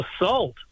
assault